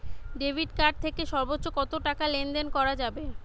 Debit card থেকে সর্বোচ্চ কত টাকা লেনদেন করা যাবে?